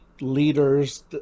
leaders